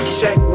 check